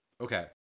Okay